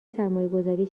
سرمایهگذاری